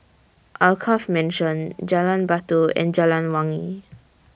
Alkaff Mansion Jalan Batu and Jalan Wangi